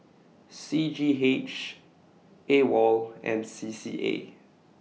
C G H AWOL and C C A